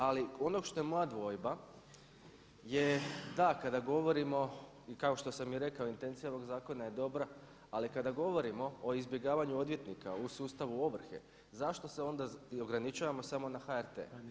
Ali ono što je moja dvojba je da kada govorimo i kao što sam i rekao intencija ovog zakona je dobra, ali kada govorimo o izbjegavanju odvjetnika u sustavu ovrhe zašto se onda i ograničavamo samo na HRT.